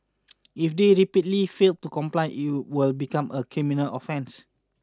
if they repeatedly fail to comply it will become a criminal offence